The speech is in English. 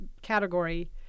category